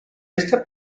este